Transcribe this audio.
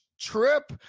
trip